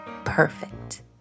perfect